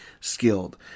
skilled